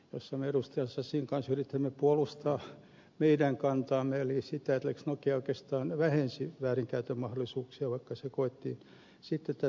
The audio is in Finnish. sasin kanssa yritimme puolustaa kantaamme eli sitä että lex nokia oikeastaan vähensi väärinkäytön mahdollisuuksia vaikka se toisin koettiin